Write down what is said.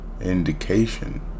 indication